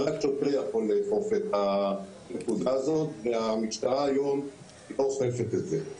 רק שוטר יכול לאכוף את הנקודה הזו והמשטרה היום לא אוכפת את זה.